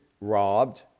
robbed